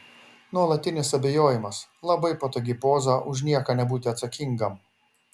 nuolatinis abejojimas labai patogi poza už nieką nebūti atsakingam